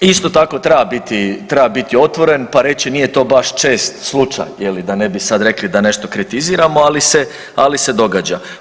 Isto tako treba biti otvoren pa reći nije to baš čest slučaj, je li, da ne bi sad rekli da nešto kritiziramo ali se događa.